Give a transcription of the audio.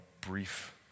brief